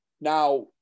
Now